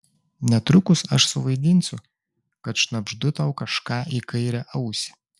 netrukus aš suvaidinsiu kad šnabždu tau kažką į kairę ausį